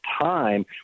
time